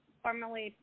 formerly